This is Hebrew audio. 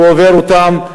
הוא עובר אותם,